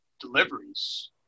deliveries